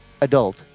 Adult